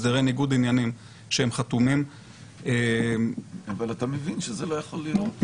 הסדרי ניגוד עניינים שהם חתומים --- אבל אתה מבין שזה לא יכול להיות?